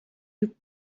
you